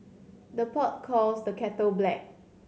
the pot calls the kettle black